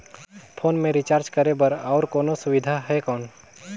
Phone मे recharge करे बर और कोनो सुविधा है कौन?